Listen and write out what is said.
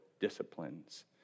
disciplines